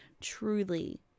truly